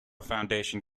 foundation